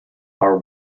our